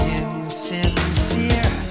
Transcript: insincere